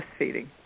breastfeeding